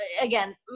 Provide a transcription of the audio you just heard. again